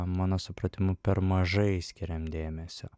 mano supratimu per mažai skiriam dėmesio